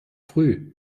früh